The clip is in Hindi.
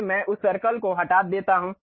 इसलिए मैं उस सर्कल को हटा देता हूं